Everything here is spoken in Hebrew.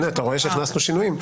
הנה, אתה רואה שהכנסנו שינויים.